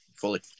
Fully